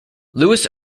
lewis